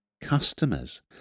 customers